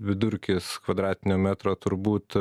vidurkis kvadratinio metro turbūt